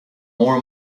more